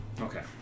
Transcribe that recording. Okay